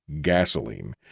gasoline